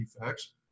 defects